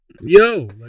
Yo